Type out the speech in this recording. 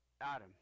Adam